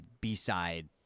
b-side